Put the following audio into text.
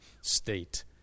state